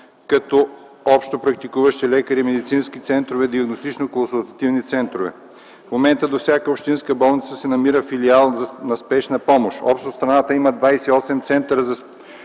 като общопрактикуващи лекари, медицински центрове, диагностично-консултативни центрове. В момента до всяка общинска болница се намира филиал на спешна помощ. Общо в страната има 28 центъра за спешна помощ